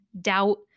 doubt